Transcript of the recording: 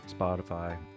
Spotify